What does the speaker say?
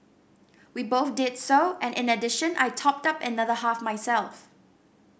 we both did so and in addition I topped up another half myself